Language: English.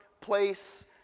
place